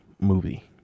movie